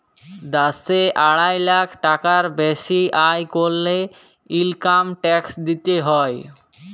দ্যাশে আড়াই লাখ টাকার বেসি আয় ক্যরলে ইলকাম ট্যাক্স দিতে হ্যয়